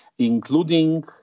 Including